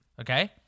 okay